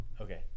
okay